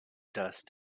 dust